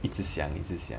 一直想一直想